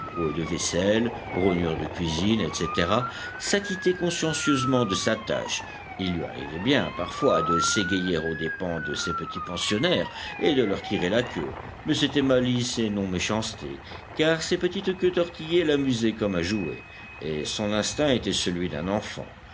de vaisselle rognures de cuisine etc s'acquittait consciencieusement de sa tâche il lui arrivait bien parfois de s'égayer aux dépens de ses petits pensionnaires et de leur tirer la queue mais c'était malice et non méchanceté car ces petites queues tortillées l'amusaient comme un jouet et son instinct était celui d'un enfant